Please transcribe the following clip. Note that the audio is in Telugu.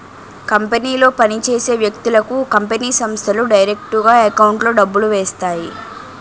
కంపెనీలో పని చేసే వ్యక్తులకు కంపెనీ సంస్థలు డైరెక్టుగా ఎకౌంట్లో డబ్బులు వేస్తాయి